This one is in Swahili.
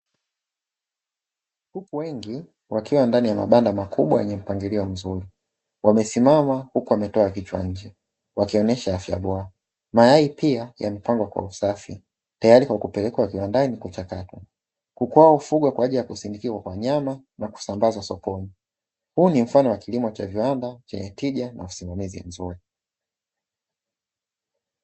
Kuku wengi wakiwa ndani ya mabanda makubwa yenye mpangilio mzuri, wamesimama huko wametoa kichwa nje wakionyesha afya bora, mayai pia yamepangwa kwa usafi tayari kwa kupelekwa kiwandani kuchakatwa kuku hao kufuga kwa ajili ya kusindikwa kwa nyama na kusambaza sokoni, huu ni mfano wa kilimo cha viwanda chenye tija na usimamizi mzuri.